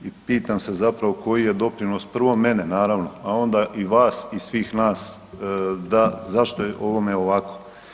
I pitam se zapravo koji je doprinos, prvo mene naravno, a onda i vas i svih nas da zašto je ovome ovako.